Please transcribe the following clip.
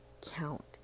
count